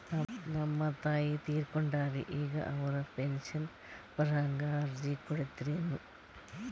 ನಮ್ ತಾಯಿ ತೀರಕೊಂಡಾರ್ರಿ ಈಗ ಅವ್ರ ಪೆಂಶನ್ ಬರಹಂಗ ಅರ್ಜಿ ಕೊಡತೀರೆನು?